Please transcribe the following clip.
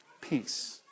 Peace